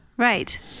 Right